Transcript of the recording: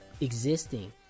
existing